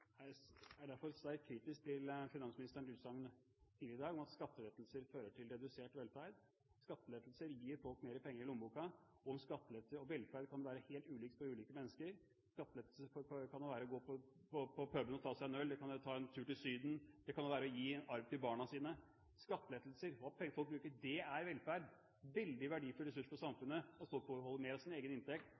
Jeg er derfor sterkt kritisk til finansministerens utsagn tidligere i dag om at skattelettelser fører til redusert velferd. Skattelettelser gir folk mer penger i lommeboken, og skattelettelser og velferd kan være helt ulikt for ulike mennesker. Skattelettelser kan være å gå på puben og ta seg en øl, det kan være å ta en tur til Syden, det kan være å gi arv til barna sine. Skattelettelser og at folk bruker penger, er velferd og en veldig ressurs for samfunnet. Folk får beholde mer av sin egen inntekt